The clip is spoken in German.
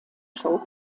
show